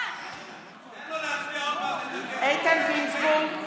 בעד איתן גינזבורג,